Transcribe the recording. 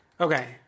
Okay